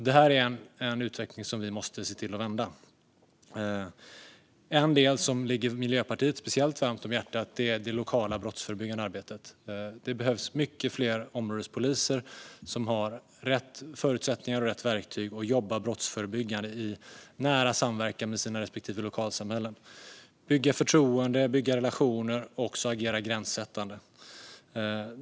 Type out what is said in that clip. Det här är en utveckling som vi måste se till att vända. En del som ligger Miljöpartiet särskilt varmt om hjärtat är det lokala brottsförebyggande arbetet. Det behövs många fler områdespoliser som har rätt förutsättningar och rätt verktyg för att jobba brottsförebyggande i nära samverkan med sina respektive lokalsamhällen, bygga förtroende, bygga relationer och agera gränssättande.